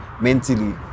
mentally